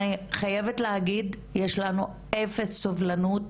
אני חייבת להגיד יש לנו אפס סובלנות